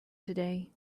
today